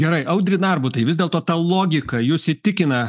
gerai audri narbutai vis dėlto ta logika jus įtikina